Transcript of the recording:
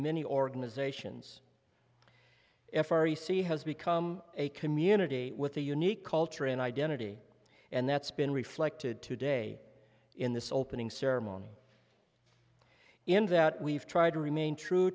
many organizations f r e c has become a community with a unique culture and identity and that's been reflected today in this opening ceremony in that we've tried to remain true